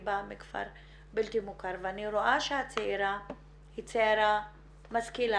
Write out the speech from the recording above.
באה מכפר בלתי מוכר ואני רואה שהצעירה היא צעירה משכילה,